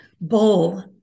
Bowl